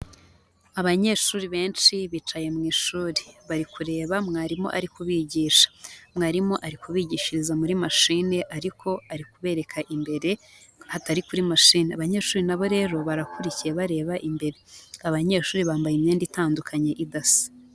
Abanyeshuri benshi bicaye mu ishuri, bari kureba mwarimu ari kubigisha, mwarimu ari kubigishiriza muri mashine ariko ari kubereka imbere hatari kuri mashine, abanyeshuri na bo rero barakurikiye bareba imbere, abanyeshuri bambaye imyenda itandukanye idasa.